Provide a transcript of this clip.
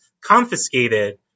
confiscated